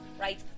right